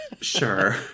sure